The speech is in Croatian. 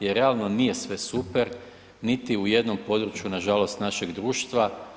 Jer realno nije sve super niti u jednom području nažalost našeg društva.